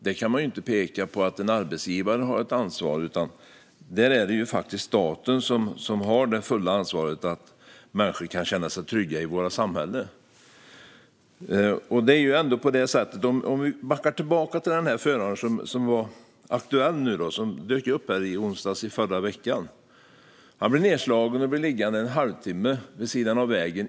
Där kan man ju inte peka på att en arbetsgivare har ett ansvar, utan där är det ju faktiskt staten som har det fulla ansvaret för att människor kan känna sig trygga i vårt samhälle. Vi backar tillbaka till föraren som var aktuell, som dök upp i onsdags i förra veckan. Han blev nedslagen och blev liggande i en halvtimme vid sidan av vägen.